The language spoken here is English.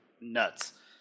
nuts